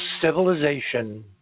civilization